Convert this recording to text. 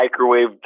microwaved